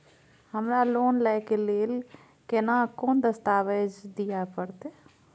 हमरा लोन लय के लेल केना कोन दस्तावेज दिए परतै?